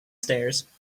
stairs